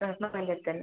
ആ അ പഞ്ചായത്ത് തന്നെ